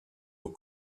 aux